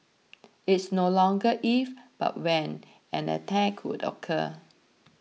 it's no longer if but when an attack would occur